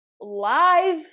live